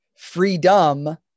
freedom